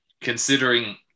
considering